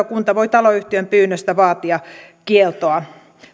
kunta voi taloyhtiön pyynnöstä vaatia kieltoa